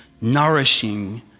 nourishing